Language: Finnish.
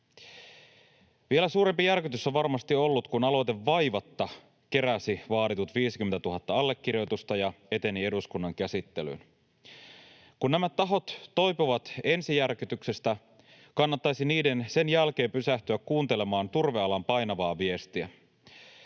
Vielä suurempi järkytys on varmasti ollut, kun aloite vaivatta keräsi vaaditut 50 000 allekirjoitusta ja eteni eduskunnan käsittelyyn. Kun nämä tahot toipuvat ensijärkytyksestä, kannattaisi niiden sen jälkeen pysähtyä kuuntelemaan turvealan painavaa viestiä.